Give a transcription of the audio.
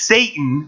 Satan